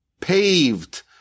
paved